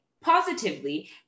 positively